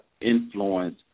influence